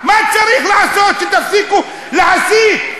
מה צריך לעשות שתפסיקו להסית?